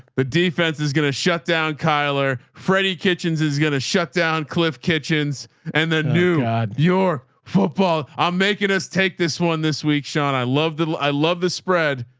the defense is going to shut down. kyler. freddie kitchens is going to shut down. cliff kitchens and the new york football. i'm making us take this one this week. sean. i love the, i love the spread.